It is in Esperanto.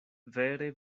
vere